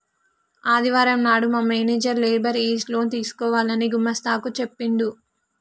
ఆదివారం నాడు మా మేనేజర్ లేబర్ ఏజ్ లోన్ తీసుకోవాలని గుమస్తా కు చెప్పిండు